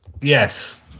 Yes